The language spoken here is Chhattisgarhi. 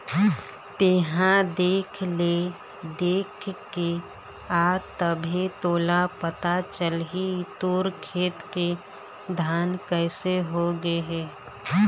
तेंहा देख ले देखके आ तभे तोला पता चलही तोर खेत के धान कइसे हो गे हे